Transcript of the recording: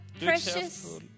precious